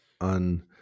on